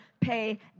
pay